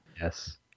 Yes